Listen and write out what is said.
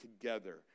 together